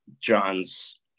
John's